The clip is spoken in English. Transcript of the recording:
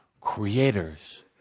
creators